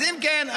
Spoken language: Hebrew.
אם כן,